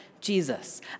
Jesus